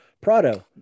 prado